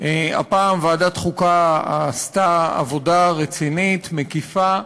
הפעם ועדת החוקה עשתה עבודה רצינית, מקיפה,